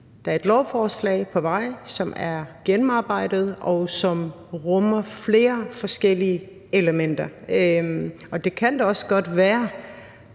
der er et lovforslag på vej, som er gennemarbejdet, og som rummer flere forskellige elementer. Det kan da også godt være,